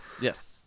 Yes